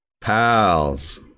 pals